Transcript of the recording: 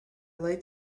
light